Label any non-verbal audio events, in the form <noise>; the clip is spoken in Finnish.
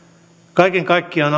kaiken kaikkiaan <unintelligible>